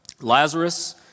Lazarus